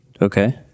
Okay